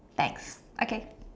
thanks okay